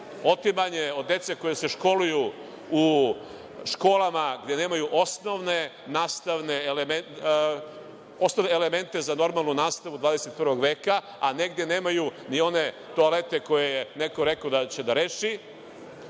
otimanje od dece koja se školuju u školama gde nemaju osnovne nastavne elemente, elemente za normalnu nastavu 21. veka, a negde nemaju ni one toalete koje je neko rekao da će da reši. Mi